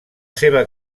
seva